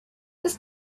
this